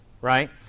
Right